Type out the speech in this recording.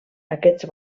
aquests